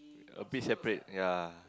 a bit separate yea